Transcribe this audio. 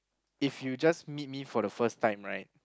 if you just meet me for the first time right